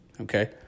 Okay